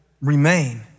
remain